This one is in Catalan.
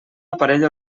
aparell